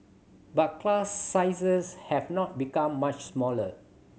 but class sizes have not become much smaller